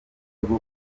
rwo